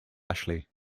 ashley